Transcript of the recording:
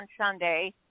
Sunday